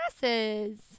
glasses